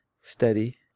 steady